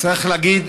צריך להגיד